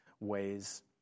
ways